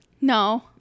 no